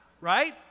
Right